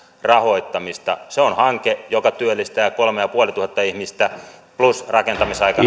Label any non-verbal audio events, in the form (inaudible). rahoittamista se on hanke joka työllistää kolmetuhattaviisisataa ihmistä plus rakentamisaikana (unintelligible)